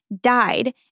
died